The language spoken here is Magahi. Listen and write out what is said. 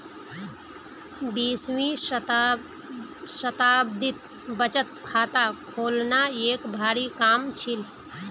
बीसवीं शताब्दीत बचत खाता खोलना एक भारी काम छील